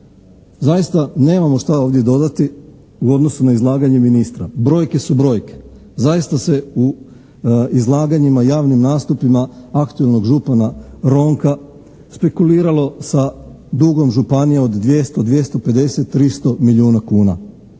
Zaista nemamo šta ovdje dodati u odnosu na izlaganje ministra, brojke su brojke. Zaista se u izlaganjima, javnim nastupima aktualnog župana Ronka spekuliralo sa dugom županije od 200, 250, 300 milijuna kuna.